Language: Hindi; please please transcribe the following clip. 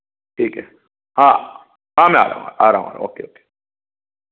ठीक है हाँ हाँ मैं आ रहा हूँ आ रहा हूँ आ रहा हूँ ओके ओके